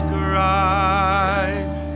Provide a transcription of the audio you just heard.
Christ